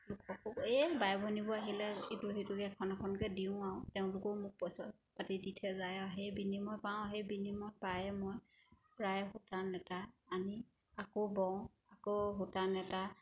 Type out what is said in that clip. লোককো এই বাই ভনীবোৰ আহিলে ইটো সিটোকে এখন এখনকৈ দিওঁ আৰু তেওঁলোকেও মোক পইচা পাতি দি দি থৈ যায় আৰু সেই বিনিময় পাওঁ সেই বিনিময় পায়ে মই প্ৰায় সূতা নেতা আনি আকৌ বওঁ আকৌ সূতা নেতা